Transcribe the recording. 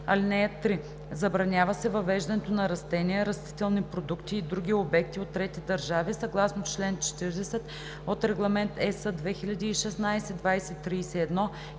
му. (3) Забранява се въвеждането на растения, растителни продукти и други обекти от трети държави съгласно чл. 40 от Регламент (ЕС) 2016/2031